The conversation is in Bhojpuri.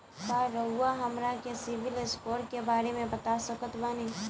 का रउआ हमरा के सिबिल स्कोर के बारे में बता सकत बानी?